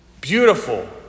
beautiful